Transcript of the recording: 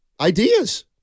ideas